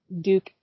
Duke